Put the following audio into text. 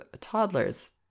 toddlers